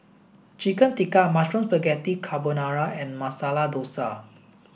Chicken Tikka Mushroom Spaghetti Carbonara and Masala Dosa